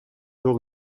door